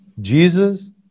Jesus